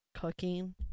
cooking